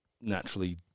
naturally